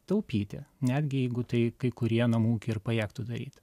taupyti netgi jeigu tai kai kurie namų ūkiai ir pajėgtų daryti